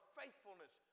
faithfulness